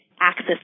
access